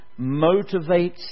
motivates